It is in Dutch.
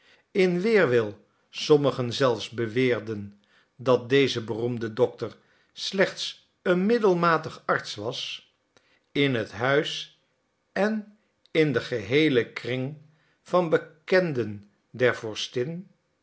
in weerwil sommigen zelfs beweerden dat deze beroemde dokter slechts een middelmatige arts was in het huis en in den geheelen kring van bekenden der